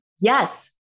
Yes